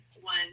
one